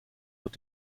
wird